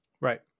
Right